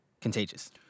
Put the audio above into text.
contagious